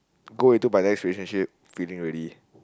go into my next relationship feeling ready